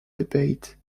debate